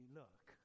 look